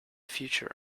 future